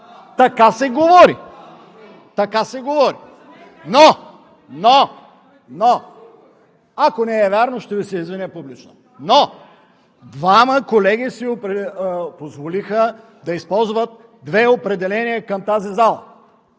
за България“.) Но ако не е вярно, ще Ви се извиня публично. Двама колеги си позволиха да използват две определения към тази зала.